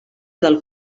del